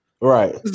right